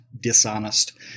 dishonest